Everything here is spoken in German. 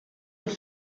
und